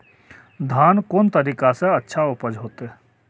धान कोन तरीका से अच्छा उपज होते?